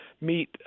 meet